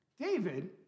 David